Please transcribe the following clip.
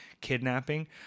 kidnapping